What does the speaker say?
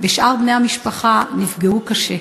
ושאר בני המשפחה נפגעו קשה.